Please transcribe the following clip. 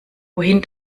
wohin